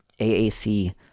AAC